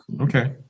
Okay